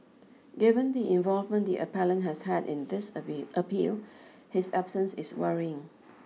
given the involvement the appellant has had in this appeal his absence is worrying